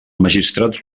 magistrats